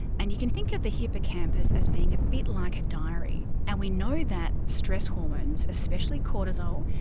and you can think of the hippocampus as being a bit like a diary, and we know that stress hormones, especially cortisol,